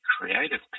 creative